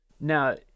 Now